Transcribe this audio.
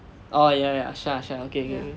oh ya ya sha sha okay okay